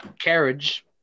Carriage